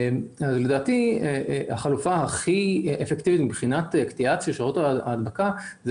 לדעתי החלופה הכי אפקטיבית מבחינת קטיעת שרשראות ההדבקה זה